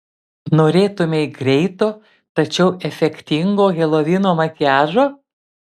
norėtumei greito tačiau efektingo helovino makiažo